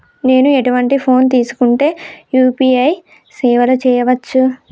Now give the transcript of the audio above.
నేను ఎటువంటి ఫోన్ తీసుకుంటే యూ.పీ.ఐ సేవలు చేయవచ్చు?